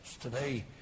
today